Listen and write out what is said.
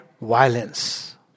violence